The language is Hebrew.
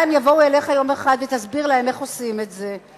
ואולי הם יבואו אליך יום אחד ותסביר להם איך עושים את זה.